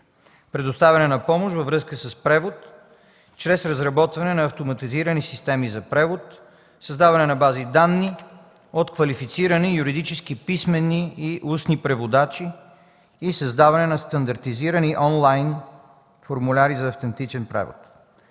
предоставяне на помощ във връзка с превод чрез разработване на автоматизирани системи за превод; създаване на бази данни от квалифицирани юридически писмени и устни преводачи; създаване на стандартизирани онлайн формуляри за автентичен превод.